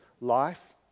life